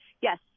Yes